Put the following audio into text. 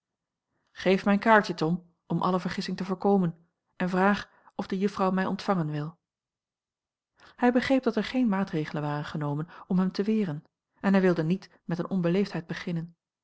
geef mijn kaartje tom om alle vergissing te voorkomen en vraag of de juffrouw mij ontvangen wil hij begreep dat er geen maatregelen waren genomen om hem te weren en hij wilde niet met eene onbeleefdheid beginnen